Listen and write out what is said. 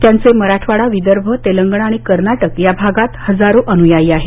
त्यांचे मराठवाडा विदर्भ तेलंगणा कर्नाटक या भागात हजारो अनुयायी आहेत